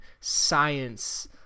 science